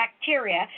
bacteria